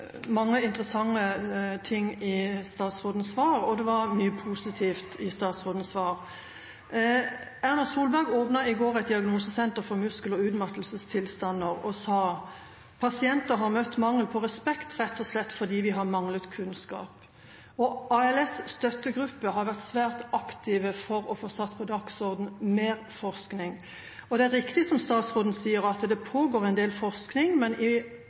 sa at pasienter har møtt mangel på respekt rett og slett fordi man har manglet kunnskap. ALS’ støttegruppe har vært svært aktiv for å få satt på dagsordenen mer forskning, og det er riktig som statsråden sier, at det pågår en del forskning. Men